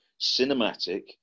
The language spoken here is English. cinematic